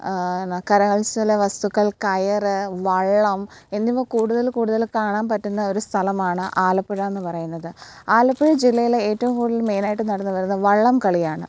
പിന്നെ കരകൗശലവസ്തുക്കൾ കയറ് വള്ളം എന്നിവ കൂടുതൽ കൂടുതൽ കാണാൻ പറ്റുന്ന ഒരു സ്ഥലമാണ് ആലപ്പുഴയെന്ന് പറയുന്നത് ആലപ്പുഴ ജില്ലയിലെ ഏറ്റവും കൂടുതൽ മെയ്നായിട്ട് നടന്ന് വരുന്നത് വള്ളം കളിയാണ്